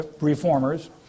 reformers